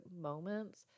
moments